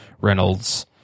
Reynolds